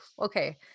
okay